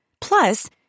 Plus